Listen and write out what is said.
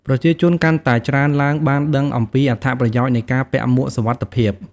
ប្រជាជនកាន់តែច្រើនឡើងបានដឹងអំពីអត្ថប្រយោជន៍នៃការពាក់មួកសុវត្ថិភាព។